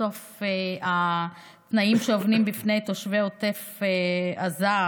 בסוף התנאים שעומדים בפני תושבי עוטף עזה,